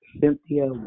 Cynthia